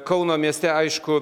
kauno mieste aišku